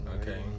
Okay